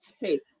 take